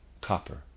copper